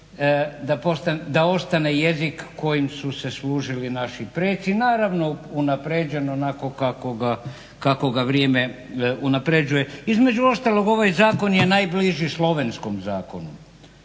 da ostane jezik kojim su se služili naši preci, naravno unaprijeđen onako kako ga vrijeme unapređuje. Između ostalog, ovaj zakon je najbliži slovenskom zakonu.